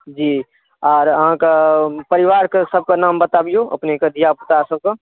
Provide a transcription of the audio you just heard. जी अहाॅंके परिवार सबके नाम बताबियौ अपनेक धीयापुता सबके